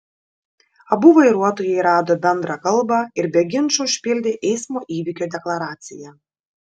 abu vairuotojai rado bendrą kalbą ir be ginčų užpildė eismo įvykio deklaraciją